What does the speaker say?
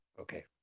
Okay